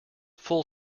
full